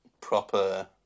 Proper